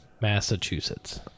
Massachusetts